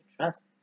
trust